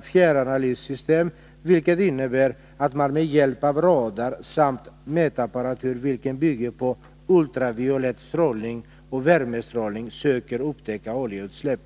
fjärranalyssystem, vilket innebär att man med hjälp av radar samt mätapparatur vilken bygger på ultraviolett strålning och värmestålning söker upptäcka oljeutsläpp.